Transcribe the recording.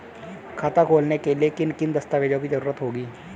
खाता खोलने के लिए किन किन दस्तावेजों की जरूरत होगी?